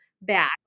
back